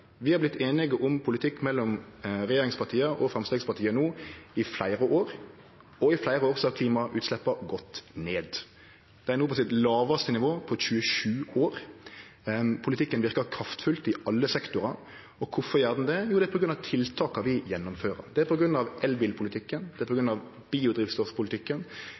har vorte einige om politikk i fleire år, og i fleire år har klimautsleppa gått ned. Dei er no på sitt lågaste nivå på 27 år. Politikken verkar kraftfullt i alle sektorar. Kvifor gjer han det? Jau, det er på grunn av tiltaka vi gjennomfører. Det er